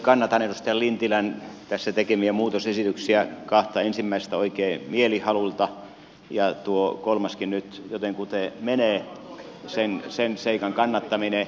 kannatan edustaja lintilän tässä tekemiä muutosesityksiä kahta ensimmäistä oikein mielihalulla ja tuo kolmaskin sen seikan kannattaminen nyt jotenkuten menee